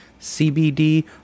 CBD